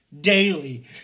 daily